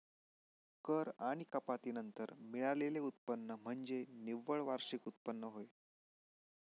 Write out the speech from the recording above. कर आणि कपाती नंतर मिळालेले उत्पन्न म्हणजे निव्वळ वार्षिक उत्पन्न होय